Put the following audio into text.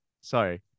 sorry